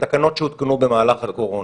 התקנות שהותקנו במהלך הקורונה,